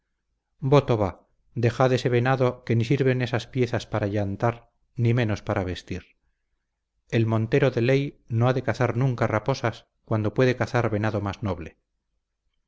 voto va dejad ese venado que ni sirven esas piezas para yantar ni menos para vestir el montero de ley no ha de cazar nunca raposas cuando puede cazar venado más noble